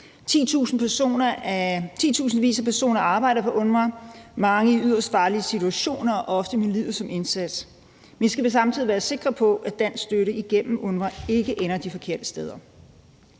Titusindvis af personer arbejder for UNRWA, mange i yderst farlige situationer og ofte med livet som indsats, men vi skal samtidig være sikre på, at dansk støtte igennem UNRWA ikke ender de forkerte steder.